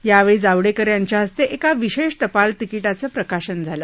यावेळी जावडेकर यांच्या हस्ते एका विशेष टपाल तिकीटाचं प्रकाशन करण्यात आलं